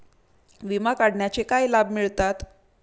विमा काढण्याचे काय लाभ मिळतात?